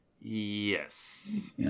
Yes